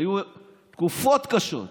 כשהיו תקופות קשות,